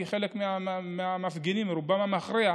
כי חלק מהמפגינים, רובם המכריע,